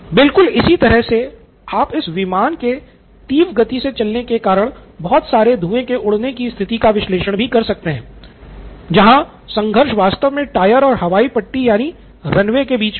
बिलकुल इसी तरह से आप इस विमान के तीव्र गति से चलने के कारण बहुत सारे धुंए के उड़ने की स्थिति का विश्लेषण भी कर सकते हैं जहां संघर्ष वास्तव में टायर और हवाई पट्टी यानि रनवे के बीच है